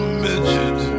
midget